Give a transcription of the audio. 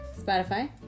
Spotify